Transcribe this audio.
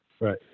right